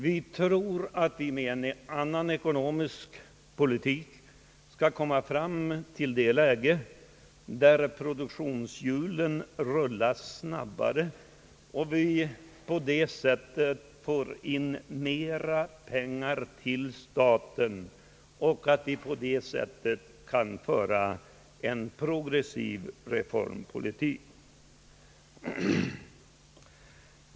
Vi tror att vi med en annan ekonomisk politik skulle kunna komma fram till ett läge, där produktionshjulen rullar snabbare och vi på det sättet får in mera pengar till staten. På det sättet skulle vi kunna föra en progressiv reformpolitik.